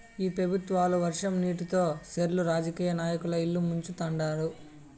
ఈ పెబుత్వాలు వర్షం నీటితో సెర్లు రాజకీయ నాయకుల ఇల్లు ముంచుతండారు